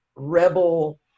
rebel